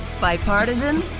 Bipartisan